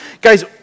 Guys